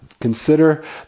consider